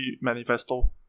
manifesto